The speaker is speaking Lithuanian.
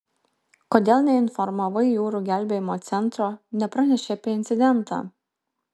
kodėl neinformavai jūrų gelbėjimo centro nepranešei apie incidentą